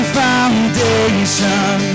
foundation